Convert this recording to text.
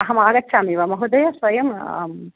अहम् आगच्छामि वा महोदय स्वयम् आम्